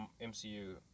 MCU